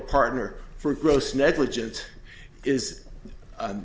partner for gross negligence is